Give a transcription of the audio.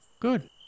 Good